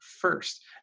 first